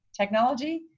technology